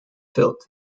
field